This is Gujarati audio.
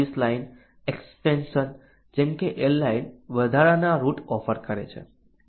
સર્વિસ લાઇન એક્સ્ટેન્શન્સ જેમ કે એરલાઇન વધારાના રૂટ ઓફર કરે છે